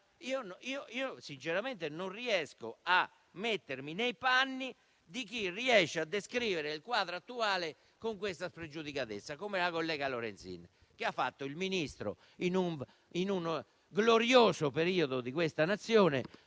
Sinceramente non riesco a mettermi nei panni di chi è in grado di descrivere il quadro attuale con tale spregiudicatezza, come la collega Lorenzin, che ha fatto il Ministro in un glorioso periodo di questa Nazione,